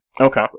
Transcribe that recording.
Okay